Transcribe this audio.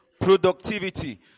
productivity